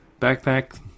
backpack